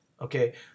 Okay